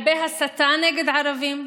הרבה הסתה נגד ערבים,